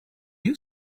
you